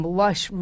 lush